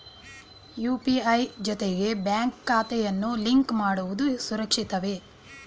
UPI ಜೊತೆಗೆ bank ಖಾತೆಯನ್ನು link ಮಾಡುವುದು ಸುರಕ್ಷಿತವೇ?